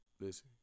Listen